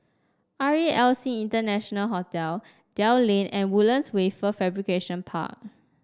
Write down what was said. R E L C International Hotel Dell Lane and Woodlands Wafer Fabrication Park